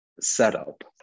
setup